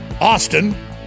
Austin